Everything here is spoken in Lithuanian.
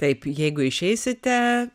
taip jeigu išeisite